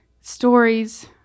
stories